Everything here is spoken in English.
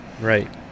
right